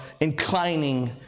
inclining